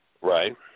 Right